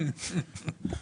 אושרה.